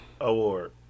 Award